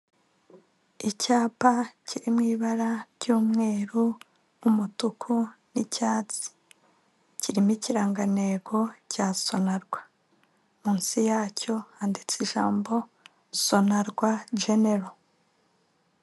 Icyapa kiri mu ibara ry'umweru, umutuku n'icyatsi kirimo ikirangantego cya sonarwa, munsi yacyo handitse ijambo sonarwa genero.